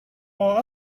while